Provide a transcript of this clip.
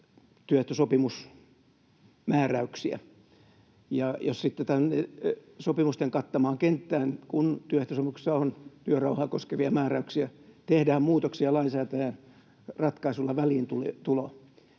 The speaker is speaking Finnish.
ja jos sitten tähän sopimusten kattamaan kenttään, kun työehtosopimuksissa on työrauhaa koskevia määräyksiä, tehdään muutoksia ja lainsäätäjän ratkaisulla väliintulo,